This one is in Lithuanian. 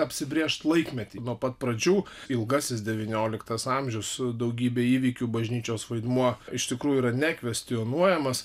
apsibrėžt laikmetį nuo pat pradžių ilgasis devynioliktas amžius daugybė įvykių bažnyčios vaidmuo iš tikrųjų yra nekvestionuojamas